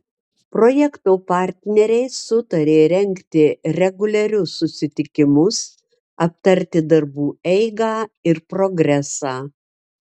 projekto partneriai sutarė rengti reguliarius susitikimus aptarti darbų eigą ir progresą